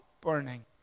burning